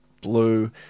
blue